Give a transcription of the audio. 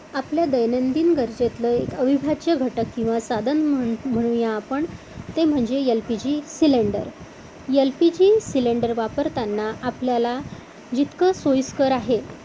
आपल्या दैनंदिन गरजेतलं एक अविभाज्य घटक किंवा साधन म्हण म्हणूया आपण ते म्हणजे L P G cylinder L P G cylinder वापरताना आपल्याला जितकं सोयीस्कर आहे